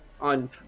on